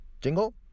jingle